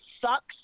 sucks